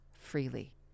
freely